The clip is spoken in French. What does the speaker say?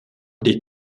des